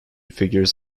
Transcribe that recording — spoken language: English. figures